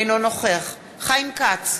אינו נוכח חיים כץ,